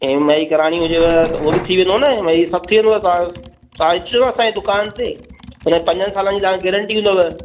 M आइ कराइणी हुजेव त उओ बि थी वेंदव न सभु थी वेंदुव तां अचु जो न असां ए दुकान ते हुन में पंजन सालन जी तां खे गैरंटी हूंदव